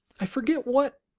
i forget what,